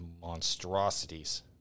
monstrosities